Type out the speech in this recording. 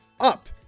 up